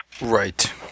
Right